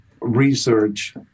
research